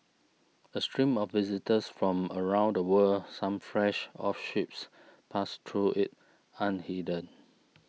a stream of visitors from around the world some fresh off ships passed through it unhindered